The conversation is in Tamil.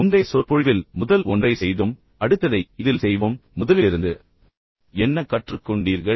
முந்தைய சொற்பொழிவில் முதல் ஒன்றை நாங்கள் செய்தோம் அடுத்ததை இதில் செய்வோம் ஆனால் முதல் ஒன்றிலிருந்து நீங்கள் என்ன கற்றுக்கொண்டீர்கள்